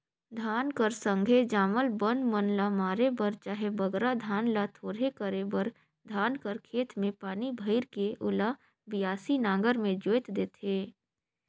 धान कर संघे जामल बन मन ल मारे बर चहे बगरा धान ल थोरहे करे बर धान कर खेत मे पानी भइर के ओला बियासी नांगर मे जोएत देथे